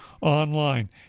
online